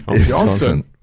Johnson